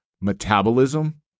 metabolism